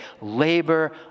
labor